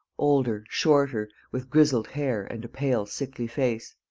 older, shorter, with grizzled hair and a pale, sickly face.